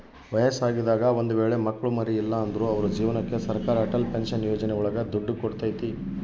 ವಯಸ್ಸಾಗಿದಾಗ ಒಂದ್ ವೇಳೆ ಮಕ್ಳು ಮರಿ ಇಲ್ಲ ಅಂದ್ರು ಅವ್ರ ಜೀವನಕ್ಕೆ ಸರಕಾರ ಅಟಲ್ ಪೆನ್ಶನ್ ಯೋಜನೆ ಒಳಗ ದುಡ್ಡು ಕೊಡ್ತೈತಿ